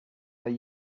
are